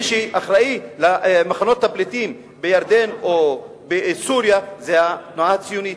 מי שאחראי למחנות הפליטים בירדן או בסוריה זו התנועה הציונית.